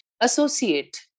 associate